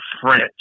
French